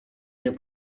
nie